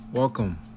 Welcome